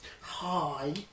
Hi